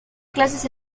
clases